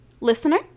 listener